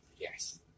Yes